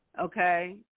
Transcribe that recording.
okay